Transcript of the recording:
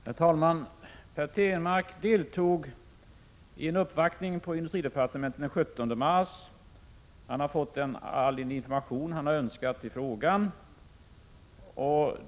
Herr talman! Per Stenmarck deltog i en uppvaktning på industridepartementet den 17 mars. Han har fått all den information han har önskat i frågan.